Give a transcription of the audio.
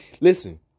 Listen